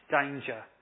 danger